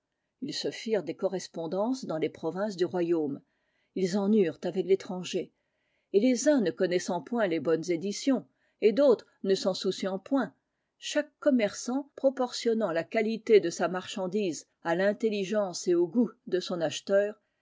ils se firent des correspondances dans les provinces du royaume ils en eurent avec l'étranger et les uns ne connaissant point les bonnes éditions et d'autres ne s'en souciant point chaque commerçant proportionnant la qualité de sa marchandise à l'intelligence et au goût de son acheteur